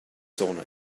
sauna